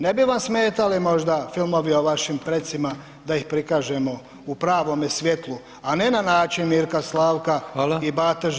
Ne bi vam smetali možda filmovi o vašim precima da ih prikažemo u pravome svjetlu, a ne na način Mirka, Slavka i Bata